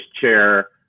chair